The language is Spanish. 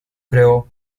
creo